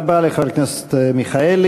תודה רבה לחבר הכנסת מיכאלי.